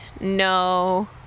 no